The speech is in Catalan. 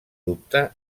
dubte